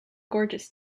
gorgeous